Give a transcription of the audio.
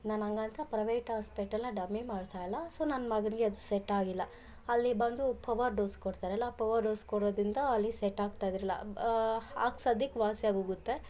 ನಾನು ಹಂಗಂತ ಪ್ರವೇಟ್ ಹಾಸ್ಪೆಟಲ್ನ ಡಮ್ಮಿ ಮಾಡ್ತಾಯಿಲ್ಲ ಸೊ ನನ್ನ ಮಗನಿಗೆ ಅದು ಸೆಟ್ಟಾಗಿಲ್ಲ ಅಲ್ಲಿ ಬಂದು ಪವರ್ ಡೋಸ್ ಕೊಡ್ತಾರಲ್ಲ ಆ ಪವರ್ ಡೋಸ್ ಕೊಡೋದರಿಂದ ಅಲ್ಲಿ ಸೆಟ್ ಆಗ್ತಾಯಿದ್ರಿಲ್ಲ ಆಗ ಸಧ್ಯಕ್ ವಾಸಿಯಾಗೋಗುತ್ತೆ